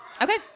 okay